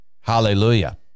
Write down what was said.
Hallelujah